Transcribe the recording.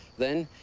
then,